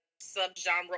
sub-genre